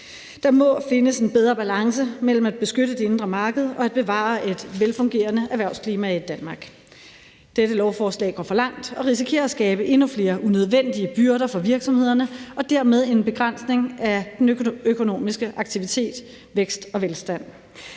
Der må findes en bedre balance mellem at beskytte det indre marked og at bevare et velfungerende erhvervsklima i Danmark. Dette lovforslag går for langt og risikerer at skabe endnu flere unødvendige byrder for virksomhederne og dermed en begrænsning af den økonomiske aktivitet, vækst og velstand.